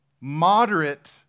moderate